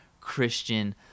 Christian